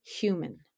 human